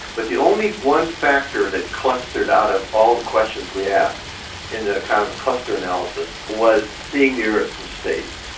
but the only one factor that clustered out of all the questions we asked in a kind of cluster analysis was seeing the earth from space.